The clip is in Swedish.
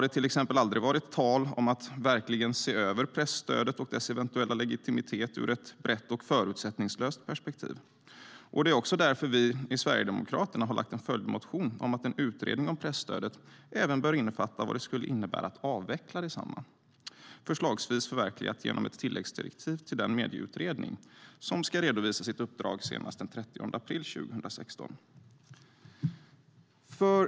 Bland annat har det aldrig varit tal om att verkligen se över presstödet och dess eventuella legitimitet ur ett brett och förutsättningslöst perspektiv. Det är därför vi i Sverigedemokraterna har lagt en följdmotion om att en utredning om presstödet även bör innefatta vad det skulle innebära att avveckla detsamma, förslagsvis förverkligat genom ett tilläggsdirektiv till den medieutredning som ska redovisa sitt uppdrag senast den 30 april 2016.